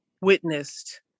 witnessed